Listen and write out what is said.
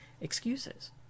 excuses